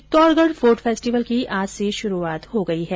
Chittorgarh fort festival की आज से शुरूआत हो गई है